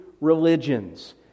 religions